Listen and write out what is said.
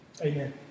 Amen